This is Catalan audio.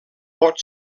pot